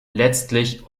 letztlich